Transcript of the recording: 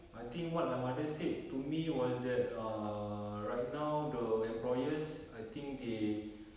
I think what my mother said to me was that err right now the employers I think they